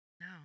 No